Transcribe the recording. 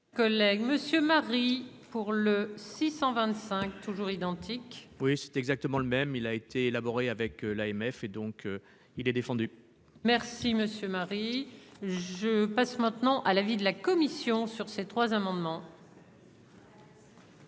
Collègue monsieur Marie pour le 600 vingt-cinq toujours identiques. Oui, c'est exactement le même, il a été élaboré avec l'AMF et donc il est défendu. Merci monsieur Marie je passe maintenant à l'avis de la commission sur ces trois amendements.